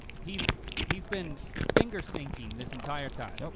he's he's been finger syncing this entire time. nope.